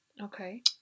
Okay